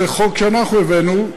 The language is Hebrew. זה חוק שאנחנו הבאנו,